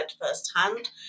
firsthand